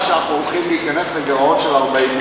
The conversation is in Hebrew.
שאנחנו הולכים להיכנס לגירעון של 40 מיליארד?